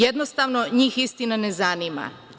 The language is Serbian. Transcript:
Jednostavno, njih istina ne zanima.